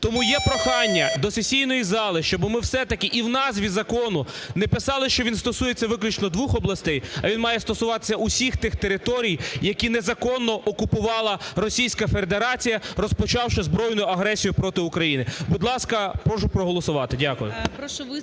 Тому є прохання до сесійної зали, щоб ми все-таки і в назві закону не писали, що він стосується виключно двох областей, а він має стосуватися всіх тих територій, які незаконно окупувала Російська Федерація розпочавши збройну агресію проти України. Будь ласка, прошу проголосувати. Дякую.